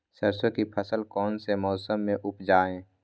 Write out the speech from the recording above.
सरसों की फसल कौन से मौसम में उपजाए?